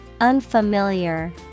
Unfamiliar